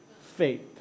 faith